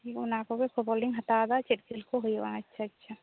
ᱴᱷᱤᱠ ᱚᱱᱟ ᱠᱚᱜᱮ ᱠᱷᱚᱵᱚᱨ ᱞᱤᱧ ᱦᱟᱛᱟᱣ ᱮᱫᱟ ᱪᱮᱫ ᱠᱷᱮᱞ ᱠᱚ ᱦᱩᱭᱩᱜᱼᱟ ᱟᱪᱪᱷᱟ ᱟᱪᱪᱷᱟ